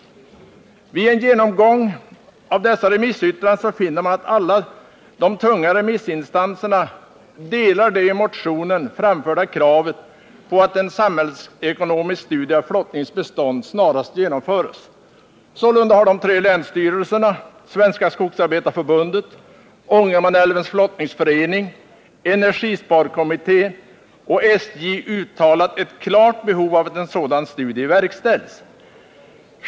Vid en genomgång av remissyttrandena finner man att alla de tunga remissinstanserna ansluter sig till det i motionen framförda kravet på att en samhällsekonomisk studie av flottningens bestånd snarast skall genomföras. Sålunda har de tre länsstyrelserna, Svenska skogsarbetareförbundet, Ångermanälvens flottningsförening, energisparkommittén och SJ uttalat ett klart behov av att en sådan studie verkställs.